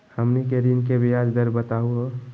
हमनी के ऋण के ब्याज दर बताहु हो?